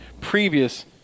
previous